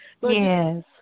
Yes